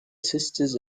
sisters